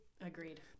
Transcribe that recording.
Agreed